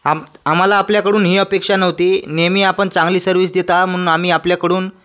आम आम्हाला आपल्याकडून ही अपेक्षा नव्हती नेहमी आपण चांगली सर्व्हिस देता म्हणून आम्ही आपल्याकडून